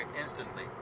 instantly